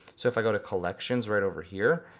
so if i go to collections right over here,